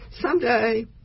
someday